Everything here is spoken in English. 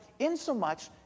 insomuch